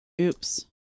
Oops